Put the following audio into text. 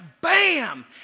bam